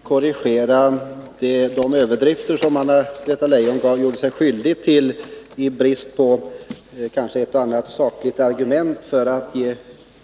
Herr talman! Jag skall bara korrigera de överdrifter som Anna-Greta Leijon gjorde sig skyldig till, kanske i brist på ett och annat sakligt argument för att ge